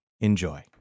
Enjoy